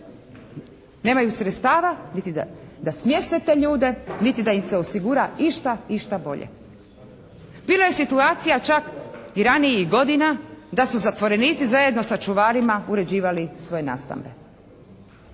Nemaju sredstava niti da smjeste te ljude, niti da im se osigura išta, išta bolje. Bilo je situacija čak i ranijih godina da su zatvorenici zajedno sa čuvarima uređivali svoje nastambe,